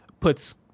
puts